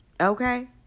Okay